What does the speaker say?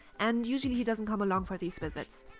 and usually he doesn't come along for these visits.